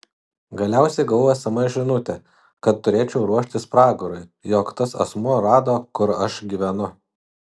galiausiai gavau sms žinutę kad turėčiau ruoštis pragarui jog tas asmuo rado kur aš gyvenu